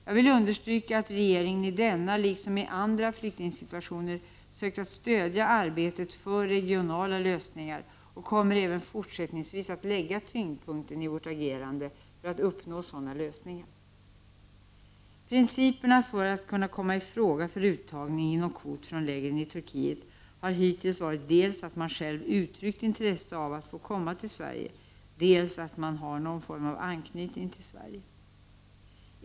Jag vill understryka att regeringen i denna liksom i andra flyktingsituationer sökt att stödja arbetet för regionala lösningar och även fortsättningsvis kommer att lägga tyngdpunkten i vårt agerande på att uppnå sådana lösningar. Principerna för att kunna komma i fråga för uttagning inom kvot från lägren i Turkiet har hittills varit dels att man själv uttryckt intresse av att få komma till Sverige, dels att man har någon form av anknytning till Sverige.